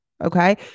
Okay